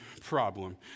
problem